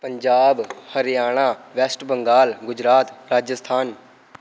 Punjab Haryana west Bengal Gujarat Rajasthan